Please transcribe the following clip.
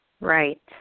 Right